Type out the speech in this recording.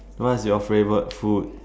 what is your favourite food